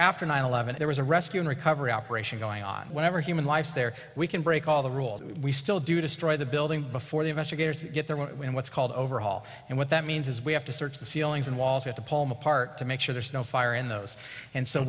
after nine eleven there was a rescue and recovery operation going on whenever human lives there we can break all the rules we still do destroy the building before the investigators get there what's called overhaul and what that means is we have to search the ceilings and walls with the palm apart to make sure there's no fire in those and so